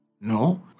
No